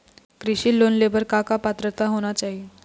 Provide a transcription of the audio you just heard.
कृषि लोन ले बर बर का का पात्रता होना चाही?